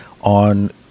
on